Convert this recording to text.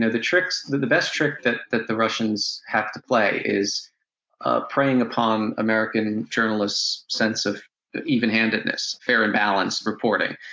ah the tricks the the best trick that that the russians have to play is preying upon american journalists' sense of even-handedness, fair and balanced reporting.